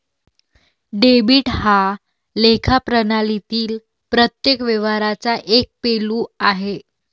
debit हा लेखा प्रणालीतील प्रत्येक व्यवहाराचा एक पैलू आहे